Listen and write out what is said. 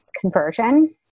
conversion